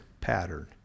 pattern